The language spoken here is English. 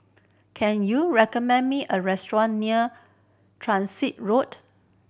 can you recommend me a restaurant near Transit Road